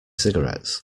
cigarettes